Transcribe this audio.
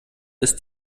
ist